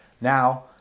now